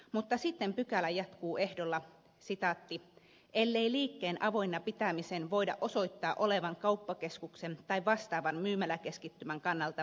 mutta sitten pykälä jatkuu ehdolla ellei liikkeen avoinna pitämisen voida osoittaa olevan kauppakeskuksen tai vastaavan myymäläkeskittymän kannalta välttämätöntä